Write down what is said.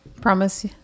Promise